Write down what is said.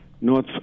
north